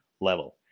level